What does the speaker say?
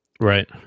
right